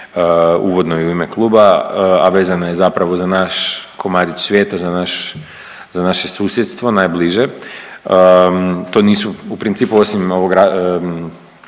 uvodno i u ime kluba, a vezana je zapravo za naš komadić svijeta, za naše susjedstvo najbliže. To nisu u principu osim ovog